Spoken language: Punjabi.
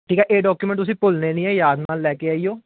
ਠੀਕ ਹੈ ਇਹ ਡਾਕੂਮੈਂਟ ਤੁਸੀਂ ਭੁੱਲਣੇ ਨਹੀਂ ਹੈ ਯਾਦ ਨਾਲ ਲੈ ਕੇ ਆਈਓ